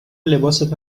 لباست